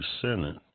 Senate